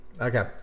Okay